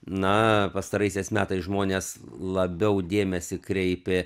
na pastaraisiais metais žmonės labiau dėmesį kreipė